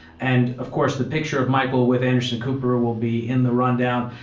and of course the picture of michael with anderson cooper will be in the rundown.